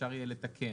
אפשר יהיה לתקן.